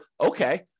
okay